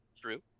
True